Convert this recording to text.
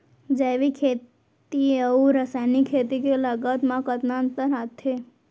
जैविक खेती अऊ रसायनिक खेती के लागत मा कतना अंतर आथे?